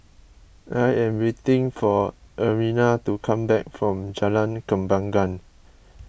I am waiting for Ermina to come back from Jalan Kembangan